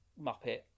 Muppet